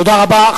תודה רבה.